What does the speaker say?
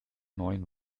neuen